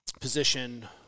position